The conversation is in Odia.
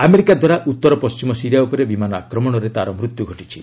ଆମେରିକାଦ୍ୱାରା ଉତ୍ତର ପଣ୍ଢିମ ସିରିଆ ଉପରେ ବିମାନ ଆକ୍ରମଣରେ ତା'ର ମତ୍ୟ ଘଟିଛି